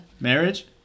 Marriage